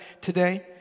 today